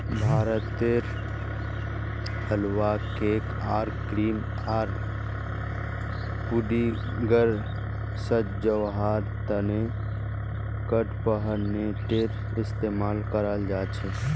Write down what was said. भारतत हलवा, केक आर क्रीम आर पुडिंगक सजव्वार त न कडपहनटेर इस्तमाल कराल जा छेक